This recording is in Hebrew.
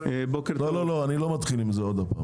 דוד ביקש שנעלה על הכתב ונתמצת את עיקרי הבעיה,